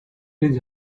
his